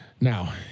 Now